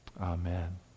Amen